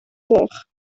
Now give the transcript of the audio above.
gloch